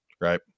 right